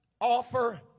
offer